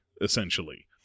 essentially